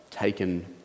taken